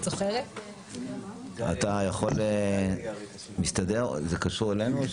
בבקשה מהסתדרות הרוקחים.